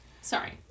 Sorry